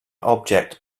object